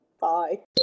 Bye